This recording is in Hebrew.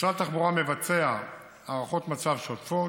משרד התחבורה מבצע הערכות מצב שוטפות,